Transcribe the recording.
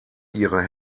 ihre